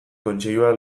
kontseilua